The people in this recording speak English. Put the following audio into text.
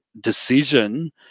decision